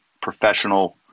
professional